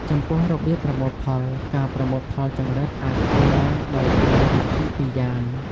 ចំពោះរបៀបប្រមូលផល ការប្រមូលផលចង្រិតអាចធ្វើឡើងដោយប្រើវិធីពីរយ៉ាង។